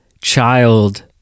child